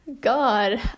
god